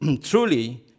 Truly